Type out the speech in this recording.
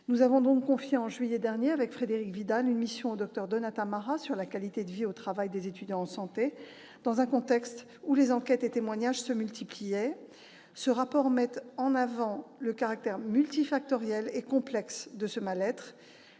avons donc confié, en juillet dernier, une mission au docteur Donata Marra sur la qualité de vie au travail des étudiants en santé, dans un contexte où les enquêtes et témoignages se multipliaient. Ce rapport met en avant le caractère multifactoriel et complexe de ce mal-être,